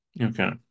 Okay